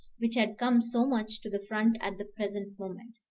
which had come so much to the front at the present moment.